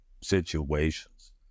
situations